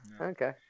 okay